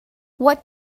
what